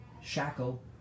shackle